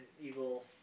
Evil